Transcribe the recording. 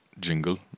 jingle